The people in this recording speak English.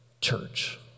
church